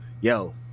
yo